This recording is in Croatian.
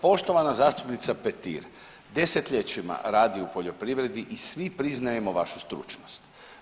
Poštovana zastupnica Petir desetljećima radi u poljoprivredi i svi priznajemo vašu stručnost.